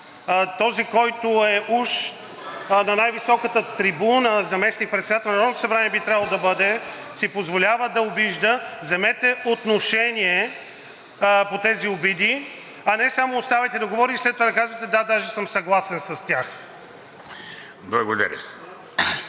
Този, който е уж на най-високата трибуна заместник-председател на Народното събрание – би трябвало да бъде, си позволява да обижда. Вземете отношение по тези обиди, а не само го оставяте да говори и след това да кажете: „Да, даже съм съгласен с тях.“